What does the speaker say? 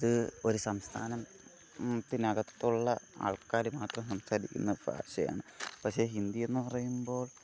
അത് ഒരു സംസ്ഥാനം ത്തിന് അകത്തുള്ള ആൾക്കാർ മാത്രം സംസാരിക്കുന്ന ഭാഷയാണ് പക്ഷേ ഹിന്ദിയെന്ന് പറയുമ്പോൾ